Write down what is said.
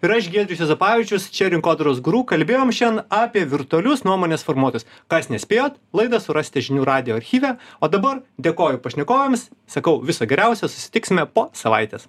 ir aš giedrius juozapavičius čia rinkodaros guru kalbėjom šiandien apie virtualius nuomonės formuotojus kas nespėjot laidą surasite žinių radijo archyve o dabar dėkoju pašnekovėms sakau viso geriausio susitiksime po savaitės